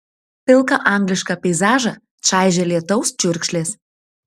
pilką anglišką peizažą čaižė lietaus čiurkšlės